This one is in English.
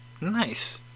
Nice